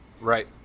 Right